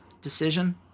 decision